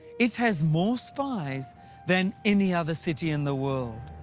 it has more spies than any other city in the world.